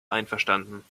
einverstanden